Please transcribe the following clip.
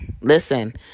Listen